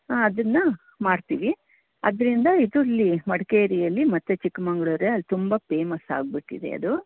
ಹಾಂ ಅದನ್ನು ಮಾಡ್ತೀವಿ ಅದರಿಂದ ಇದು ಇಲ್ಲಿ ಮಡಿಕೇರಿಯಲ್ಲಿ ಮತ್ತೆ ಚಿಕ್ಕಮಗ್ಳೂರು ಅಲ್ಲಿ ತುಂಬ ಪೇಮಸ್ ಆಗಿಬಿಟ್ಟಿದೆ ಅದು